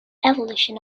evolution